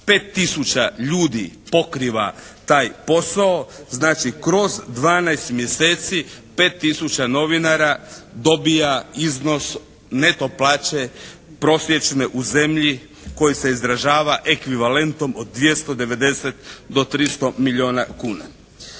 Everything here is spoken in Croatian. ljudi pokriva taj posao znači kroz 12 mjeseci 5 tisuća novinara dobija iznos neto plaće prosječne u zemlji koji se izražava ekvivalentom od 290 do 300 milijuna kuna.